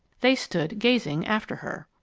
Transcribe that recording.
they stood gazing after her.